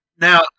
Now